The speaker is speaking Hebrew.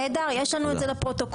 נהדר, יש לנו את זה לפרוטוקול.